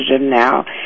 now